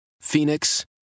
Phoenix